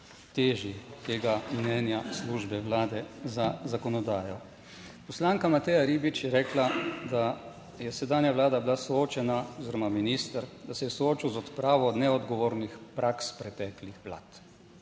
teži tega mnenja Službe Vlade za zakonodajo. Poslanka Mateja Ribič je rekla, da je sedanja Vlada bila soočena oziroma minister, da se je soočil z odpravo neodgovornih praks preteklih vlad.